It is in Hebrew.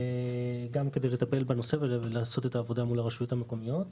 גם כדי לטפל בנושא ולעשות את העבודה מול הרשויות המקומיות,